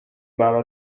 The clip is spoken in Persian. برا